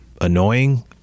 Annoying